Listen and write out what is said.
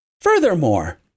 Furthermore